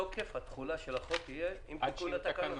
התחילה של החוק תהיה עם תיקון התקנות.